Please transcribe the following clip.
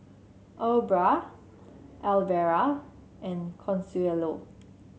Aubra Alvera and Consuelo